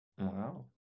wow